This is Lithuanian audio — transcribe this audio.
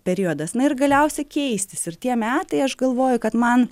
periodas na ir galiausia keistis ir tie metai aš galvoju kad man